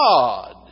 God